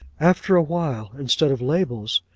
after a while, instead of labels,